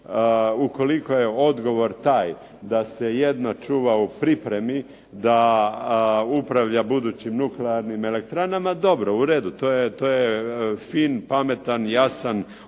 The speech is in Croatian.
ukoliko je odgovor taj da se jedno čuva u pripremi, da upravlja budućim nuklearnim elektranama dobro, u redu. To je fin, pametan, jasan